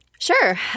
Sure